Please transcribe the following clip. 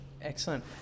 excellent